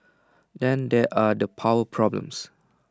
then there are the power problems